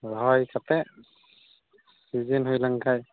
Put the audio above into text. ᱨᱚᱦᱚᱭ ᱠᱟᱛᱮᱫ ᱥᱤᱡᱤᱱ ᱦᱩᱭᱞᱮᱱ ᱠᱷᱟᱡ